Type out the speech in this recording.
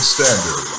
Standard